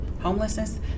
homelessness